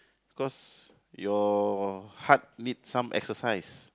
cause your heart need some exercise